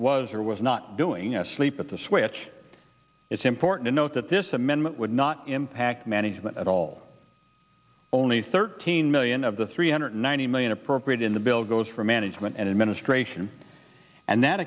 or was not doing asleep at the switch it's important to note that this amendment would not impact management at all only thirteen million of the three hundred ninety million appropriate in the bill goes for management and administration and that